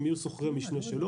הם יהיו שוכרי משנה שלו,